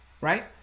right